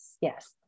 Yes